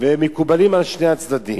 והם מקובלים על שני הצדדים.